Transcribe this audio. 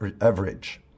average